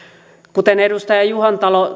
kuten edustaja juhantalo